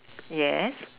yes